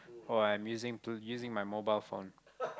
or I'm using to using my mobile phone